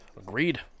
agreed